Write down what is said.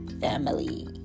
family